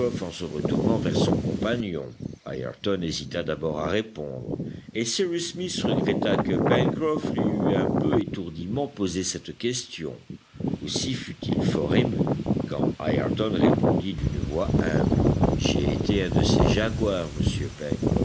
en se retournant vers son compagnon ayrton hésita d'abord à répondre et cyrus smith regretta que pencroff lui eût un peu étourdiment posé cette question aussi fut-il fort ému quand ayrton répondit d'une voix humble j'ai été un de ces jaguars monsieur